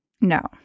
no